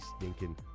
stinking